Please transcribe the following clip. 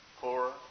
poorer